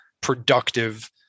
productive